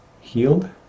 healed